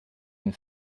une